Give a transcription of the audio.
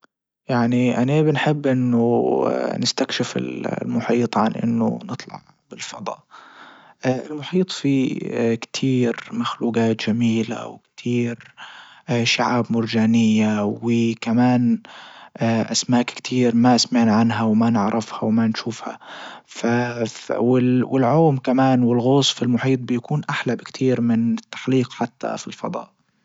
يعني اني بنحب انه نستكشف المحيط عن انه نطلع بالفضاء المحيط في كتير مخلوجات جميلة وكتير شعاب مرجانية وكمان اسماك كتير ما سمعنا عنها وما نعرفها وما نشوفها والعوم كمان والغوص في المحيط بيكون احلى بكتير من التحليق حتى في الفضاء